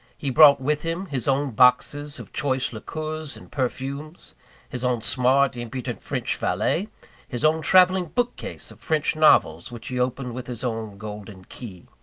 he brought with him his own boxes of choice liqueurs and perfumes his own smart, impudent, french valet his own travelling bookcase of french novels, which he opened with his own golden key.